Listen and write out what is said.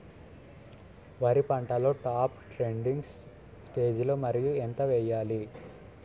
వరి పంటలో top dressing స్టేజిలో యూరియా ఎంత వెయ్యాలి?